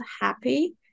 happy